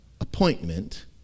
appointment